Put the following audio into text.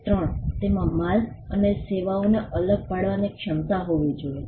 3 તેમાં માલ અને સેવાઓને અલગ પાડવાની ક્ષમતા હોવી જોઈએ